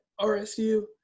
RSU